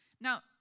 Now